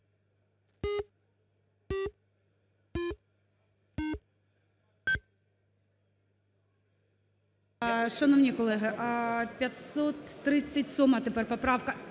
Шановні колеги, 537 тепер поправка.